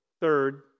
Third